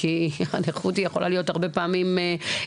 כי הנכות היא יכולה להיות הרבה פעמים התמודדות,